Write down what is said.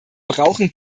brauchen